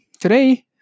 today